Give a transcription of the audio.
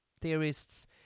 theorists